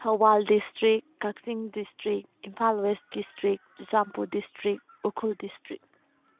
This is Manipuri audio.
Thoubal district Kakching district Imphal west district Churachandpur district Ukhrul district